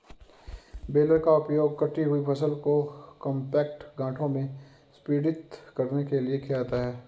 baler का उपयोग कटी हुई फसल को कॉम्पैक्ट गांठों में संपीड़ित करने के लिए किया जाता है